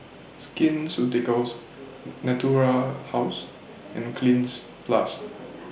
Skin Ceuticals Natura House and Cleanz Plus